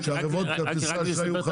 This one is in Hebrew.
כשחברות כרטיסי האשראי יהיו חזקות?